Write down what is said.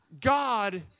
God